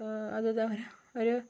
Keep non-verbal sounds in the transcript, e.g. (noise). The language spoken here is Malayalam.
ഏഹ് (unintelligible) ഒരു